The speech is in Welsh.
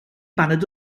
baned